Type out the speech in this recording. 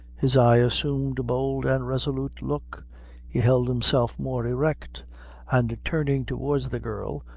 his eye assumed a bold and resolute look he held himself more erect and, turning towards the girl,